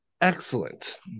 excellent